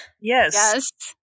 Yes